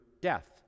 death